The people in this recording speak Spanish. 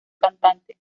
cantante